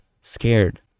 scared